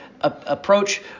approach